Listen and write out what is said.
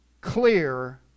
clear